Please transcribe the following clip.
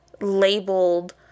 labeled